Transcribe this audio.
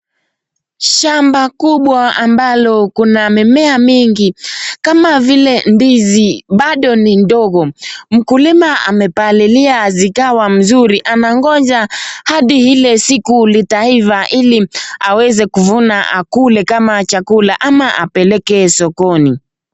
Shamba kubwa ambalo kuna mimea mingi kama vile ndizi bado ni ndogo, mkulima amepalilia zikawa mzuri anangoja hadi ile siku litaiva ili aweze kuvuna akule kama chakula ama apeleke sokoni.